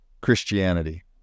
Christianity